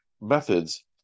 methods